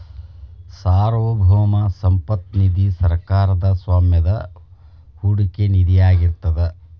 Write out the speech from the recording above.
ಸಾರ್ವಭೌಮ ಸಂಪತ್ತ ನಿಧಿ ಸರ್ಕಾರದ್ ಸ್ವಾಮ್ಯದ ಹೂಡಿಕೆ ನಿಧಿಯಾಗಿರ್ತದ